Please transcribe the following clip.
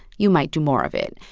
you might do more of it.